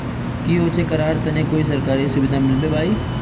की होचे करार तने कोई सरकारी सुविधा मिलबे बाई?